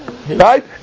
Right